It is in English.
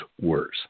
worse